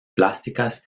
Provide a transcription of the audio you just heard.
plásticas